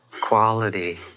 quality